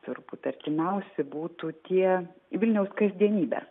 turbūt artimiausi būtų tie vilniaus kasdienybę